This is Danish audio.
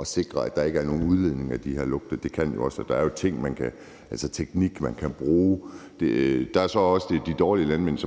at sikre, at der ikke er nogen udledning af de her lugte. Altså, der er jo nogle ting og noget teknik, man kan bruge. Der er så også de dårlige landmænd,